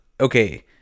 okay